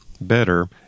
better